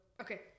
Okay